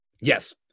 yes